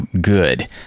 good